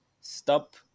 stop